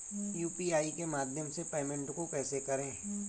UPI के माध्यम से पेमेंट को कैसे करें?